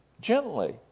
gently